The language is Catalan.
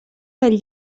del